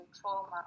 trauma